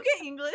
okay